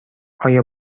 آیا